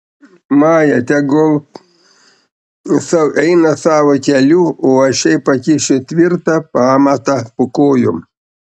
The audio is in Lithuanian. maja tegul sau eina savo keliu o aš jai pakišiu tvirtą pamatą po kojom